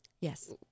Yes